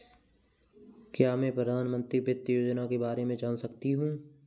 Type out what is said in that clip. क्या मैं प्रधानमंत्री वित्त योजना के बारे में जान सकती हूँ?